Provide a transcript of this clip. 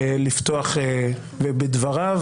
לפתוח בדבריו,